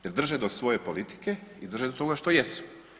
Jer drže do svoje politike i drže do toga što jesu.